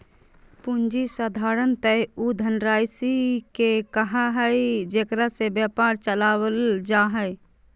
पूँजी साधारणतय उ धनराशि के कहइ हइ जेकरा से व्यापार चलाल जा हइ